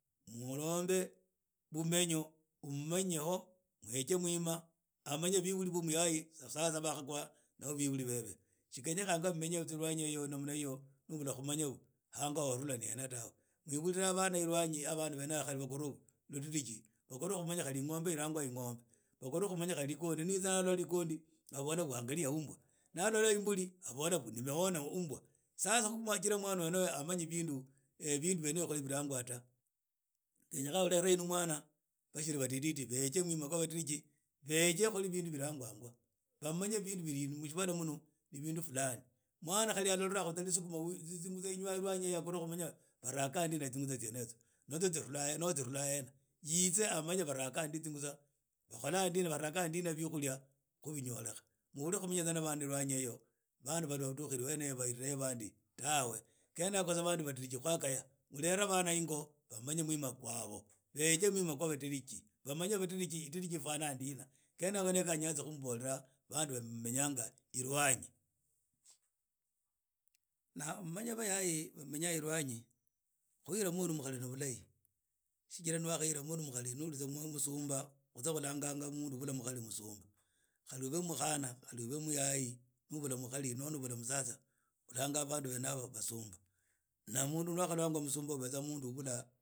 Olombe bumenyo uumanye mweje mwima amaney bibuli bo muyaye sasa nib o bakhakhwa beburi bebe tsi khenyekhanga mumenye tsa ilwanyi eyo mtamanyi hango ha warhula ni hena tawe mwebulila bana elwanyi eyo bakhowa khumanya ludiriji wakhorwa khumanya khali eng’ombe ilangwa ing’ombe khali lokhondi ni yitsa alola rikhondi abola ona umbwa nalola imbuli abola ona nmeona umbwa sasa khumwajira mwana mwene uyuna amanyi bindu byene ibi khuli bilangwa ta khenyekha khulela hinu bana bakhuri badidi khu yeje mwima khwa badiriji na yeje khuli bindu bilangangwa na amanye bindu bili mushibala muno ni bindu fulani mwana khali alila khu tsa lisukuma sbuls khumanya khali tsilagwa tawe anoho tsirhula hena yitse balanga ndi tsingutsabakhola ndina barhaga ndina khu biukhulia khu binyorekha mubule tsa khu menya nab ana elwanyi eyo babule khudukha wene eyo walerha bandi tawe khene yakho bandu badiriji khwakhaya mulere bana engo bamanye mwima khwabo bege mwima khwabo kwa badiriji bamanye idiriji ifwana ndina khene yakho ni nyanza khu mmbola bandu ba mumenyanga ilwanyi na mumanye bayayi bamenya elwanyi khuhira mundu mukhari ni bulahi shijira ni wa khahira mundu mukhari ni wakhalula mubusumba khulanganga mundu ubula mukhali musumba khali obr mukhana khali obe muyayi ni obula mukhali niho nubhula musatsa khulanga bandu bene haba basunba na mundu ni wakhalanwa musumba obeza ni ubula…